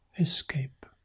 escape